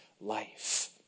life